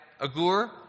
Agur